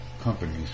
companies